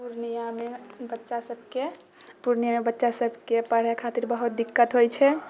पुर्णियामे बच्चा सभके पूर्णियामे बच्चा सभके पढ़ाइ खातिर बहुत दिक्कत होइ छै